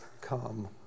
come